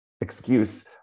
excuse